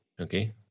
okay